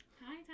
Hi